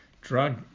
drug